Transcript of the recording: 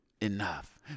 enough